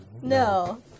No